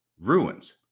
ruins